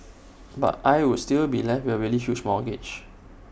but I would still be left with A really huge mortgage